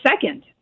second